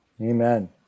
amen